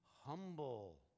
humble